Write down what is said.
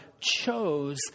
chose